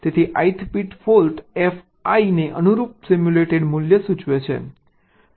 તેથી ith bit fault Fi ને અનુરૂપ સિમ્યુલેટેડ મૂલ્ય સૂચવે છે